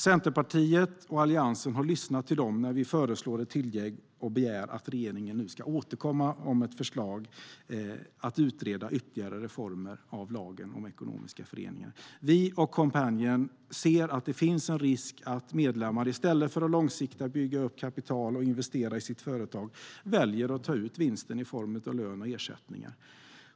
Centerpartiet och Alliansen har lyssnat till dem när vi föreslår ett tillägg och begär att regeringen ska återkomma med ett förslag och utreda ytterligare reformer av lagen om ekonomiska föreningar. Vi och Coompanion ser att det finns en risk att medlemmar - i stället för att långsiktigt bygga upp kapital och investera i sitt företag - väljer att ta ut vinsten i form av lön och ersättningar.